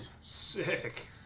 sick